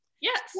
Yes